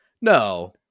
no